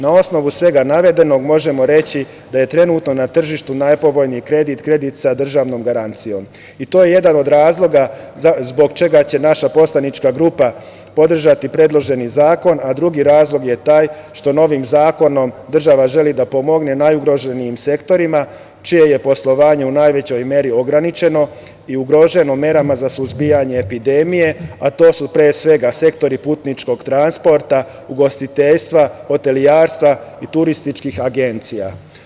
Na osnovu svega navedenog, možemo reći da je trenutno na tržištu najpovoljniji kredit kredit sa državnom garancijom i to je jedan od razloga zbog čega će naša poslanička grupa podržati predloženi zakon, a drugi razlog je taj što novim zakonom država želi da pomogne najugroženijim sektorima, čije je poslovanje u najvećoj meri ograničeno i ugroženo merama za suzbijanje epidemije, a to su pre svega sektori putničkog transporta, ugostiteljstva, hotelijerstva i turističkih agencija.